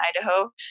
Idaho